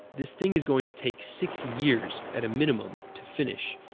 this thing is going to take six years at a minimum to finish,